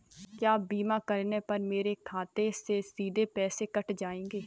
क्या बीमा करने पर मेरे खाते से सीधे पैसे कट जाएंगे?